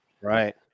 Right